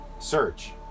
search